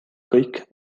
kõik